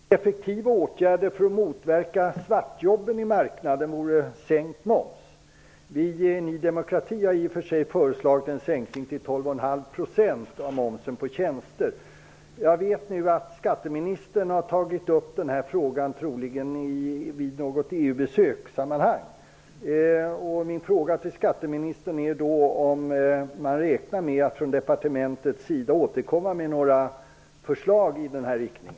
Fru talman! Ett led i effektiva åtgärder för att motverka svartjobben på marknaden vore sänkt moms. Vi i Ny demokrati har i och för sig föreslagit en sänkning av momsen på tjänster till 12,5 %. Jag vet nu att skatteministern har tagit upp denna fråga. Det var troligen i samband med något EU-besök. Min fråga till skatteministern är om man från departementets sida räknar med att återkomma med några förslag i den här riktningen.